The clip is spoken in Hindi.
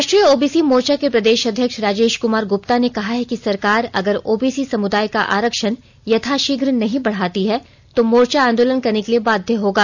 राष्ट्रीय ओबीसी मोर्चा के प्रदेश अध्यक्ष राजेश कुमार गुप्ता ने कहा है कि सरकार अगर ओबीसी समुदाय का आरक्षण यथाशीघ्र नहीं बढ़ाती है तो मोर्चा आंदोलन करने के लिए बाध्य होगी